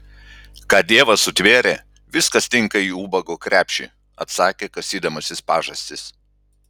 ką dievas sutvėrė viskas tinka į ubago krepšį atsakė kasydamasis pažastis